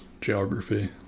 geography